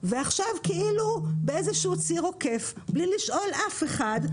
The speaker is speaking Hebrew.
ועכשיו כאילו באיזשהו ציר עוקף, בלי לשאול אף אחד,